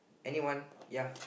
anyone ya